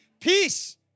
peace